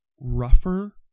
rougher